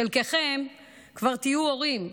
חלקכם כבר תהיו הורים,